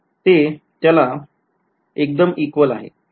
ते त्याला एकदम equal आहे